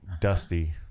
Dusty